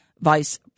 vice